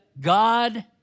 God